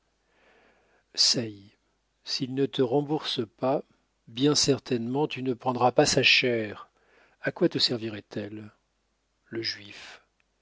s'il ne te rembourse pas bien certainement tu ne prendras pas sa chair à quoi te servirait elle le juif